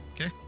Okay